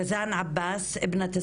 ביום האישה הבינלאומי, 8 במרץ, רזאן עבאס, בת